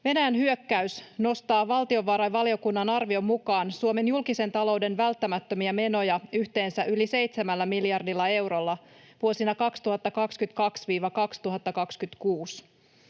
Venäjän hyökkäys nostaa valtiovarainvaliokunnan arvion mukaan Suomen julkisen talouden välttämättömiä menoja yhteensä yli seitsemällä miljardilla eurolla vuosina 2022—2026.